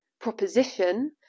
proposition